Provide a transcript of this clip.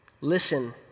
Listen